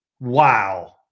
Wow